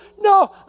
No